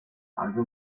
algo